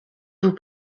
vous